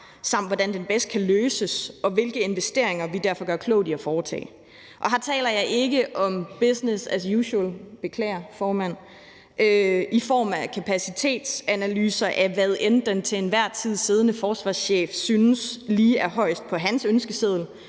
er, hvordan den bedst kan løses, og hvilke investeringer vi derfor gør klogt i at foretage. Her taler jeg ikke om business as usual – beklager, formand – i form af kapacitetsanalyser af, hvad end den til enhver tid siddende forsvarschef synes lige er højest på hans ønskeseddel,